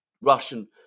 Russian